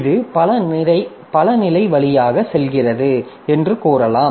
இது பல நிலை வழியாக செல்கிறது என்று கூறலாம்